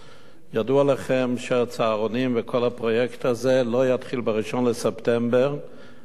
ידוע לכן שהצהרונים וכל הפרויקט הזה לא יתחיל ב-1 בספטמבר עקב